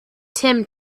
tim